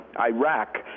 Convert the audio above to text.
Iraq